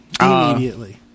Immediately